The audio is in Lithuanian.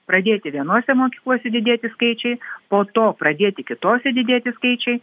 pradėti vienose mokyklose didėti skaičiai po to pradėti kitose didėti skaičiai